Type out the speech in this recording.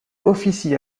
officie